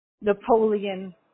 Napoleon